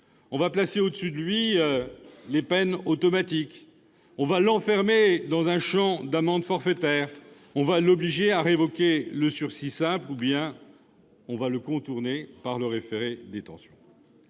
en plaçant au-dessus de lui des peines automatiques, en l'enfermant dans un champ d'amendes forfaitaires, en l'obligeant à révoquer le sursis simple ou bien en le contournant par le référé-détention.